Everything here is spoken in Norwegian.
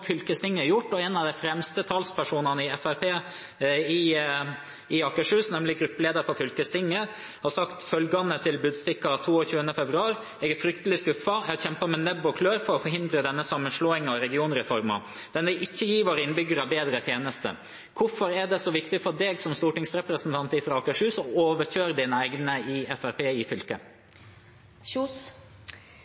fylkestinget gjort. En av de fremste talspersonene i Fremskrittspartiet i Akershus, nemlig gruppelederen i fylkestinget, sa følgende til Budstikka 22. februar: Jeg er fryktelig skuffet. Jeg kjempet med nebb og klør for å forhindre denne sammenslåingen og regionreformen. Den vil ikke gi våre innbyggere bedre tjenester. Hvorfor er det så viktig for deg som stortingsrepresentant fra Akershus å overkjøre dine egne i Fremskrittspartiet i fylket?